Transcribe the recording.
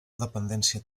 dependència